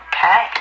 Okay